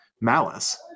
malice